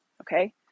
okay